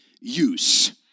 use